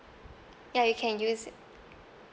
ya you can use it